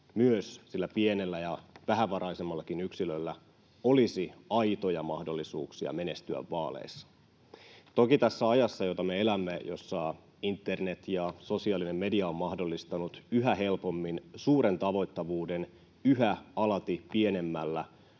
myös sillä pienellä ja vähävaraisemmallakin yksilöllä olisi aitoja mahdollisuuksia menestyä vaaleissa. Toki tämä aika, jota me elämme, jossa internet ja sosiaalinen media ovat mahdollistaneet yhä helpommin suuren tavoittavuuden alati pienemmällä